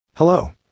Hello